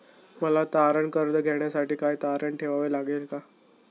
मला तारण कर्ज घेण्यासाठी काय तारण ठेवावे लागेल?